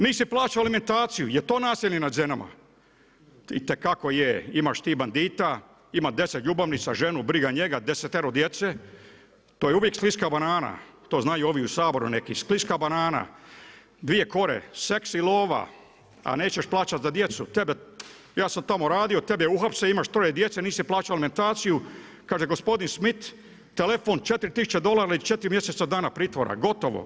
Nisi plaćao alimentaciju, je li to nasilje nad ženama itekako je, imaš ti bandita, ima 10 ljubavnica, ženu, briga njega, desetero djece, to je uvijek skliska banana, to znaju ovi u Saboru neki, skliska banana, dvije kore, seks i lova, a nećeš plaćat za djecu, ja sam tamo radio, tebe uhapse, imaš troje djece, nisi plaćao alimentaciju, kaže gospodin Smith, telefon 4 tisuće dolara i 4 mjeseca dana pritvora, gotovo.